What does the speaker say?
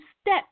step